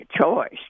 choice